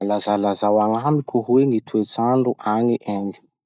Mba lazalazao agnamiko hoe gny toetsandro agny Inde?